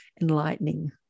enlightening